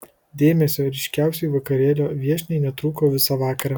dėmesio ryškiausiai vakarėlio viešniai netrūko visą vakarą